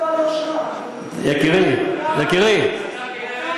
לומדים ליבה.